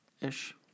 ish